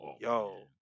Yo